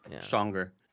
Stronger